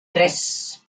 tres